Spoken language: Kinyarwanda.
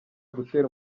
gutera